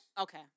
Okay